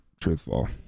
truthful